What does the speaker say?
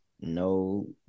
No